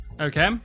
Okay